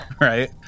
right